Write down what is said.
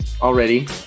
already